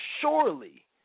surely